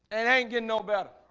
and ain't getting no better